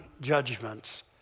judgments